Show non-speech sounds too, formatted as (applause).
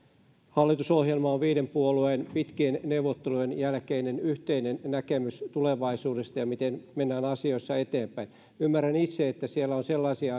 hallitusohjelma on viiden puolueen pitkien neuvottelujen jälkeinen yhteinen näkemys tulevaisuudesta ja siitä miten mennään asioissa eteenpäin ymmärrän itse että siellä on sellaisia (unintelligible)